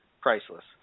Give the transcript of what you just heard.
priceless